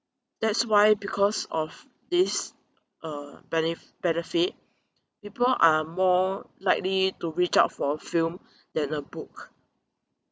that's why because of this uh benef~ benefit people are more likely to reach out for a film that a book